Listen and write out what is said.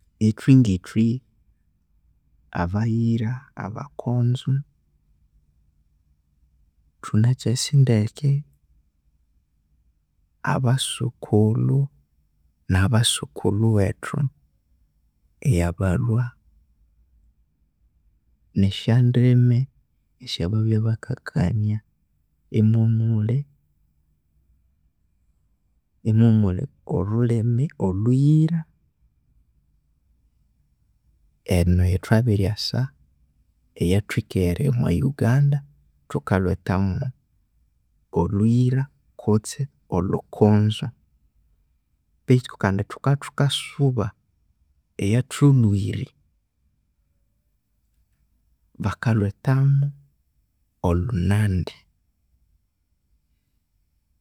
Ithwi ngi'thwi abayira abakonzo thunakyasi ndeke abasokulhu na basokolhu wethu eyabalhya nesya ndimi esya babya bakakania emwomulhi olhulhimi olhuyira enu eyathwabiryasa eyathwikire omwa uganda thukalhwethamu olhuyira kutse olhukonzo beithu kandi thukabya thukasuba eyathulhwiri bakalhwethamu olhunandi.